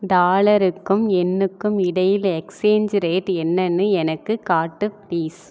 டாலருக்கும் யென்னுக்கும் இடையில் exchange rate என்னென்னு எனக்கு காட்டு ப்ளீஸ்